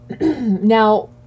now